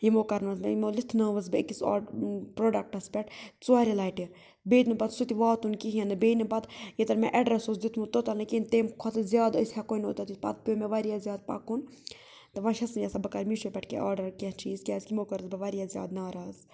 یِمو کرنٲوٕس بہٕ یِمو لِتھنٲوٕس بہٕ أکِس آڈ پرٛوڈَکٹَس پٮ۪ٹھ ژورِ لَٹہِ بیٚیہِ نہٕ پَتہٕ سُہ تہِ واتُن کِہیٖنۍ نہٕ بیٚیہِ نہٕ پَتہٕ ییٚتٮ۪ن مےٚ اٮ۪ڈرَس اوس دیُتمُت توٚتَن نہٕ کِہیٖنۍ تیٚمۍ کھۄتہٕ زیادٕ أسۍ ہٮ۪کوے نہٕ تَتٮ۪تھ پَتہٕ پیوٚے مےٚ واریاہ زیادٕ پَکُن تہٕ وۄنۍ چھَس نہٕ یژھان بہٕ کَرٕ میٖشو پٮ۪ٹھ کینٛہہ آڈَر کینٛہہ چیٖز کیٛازِکہِ یِمو کٔرٕس بہٕ واریاہ زیادٕ ناراض